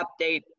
update